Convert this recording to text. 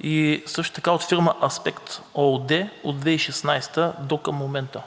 и също така от фирма „Аспект“ ООД от 2016 г. докъм момента.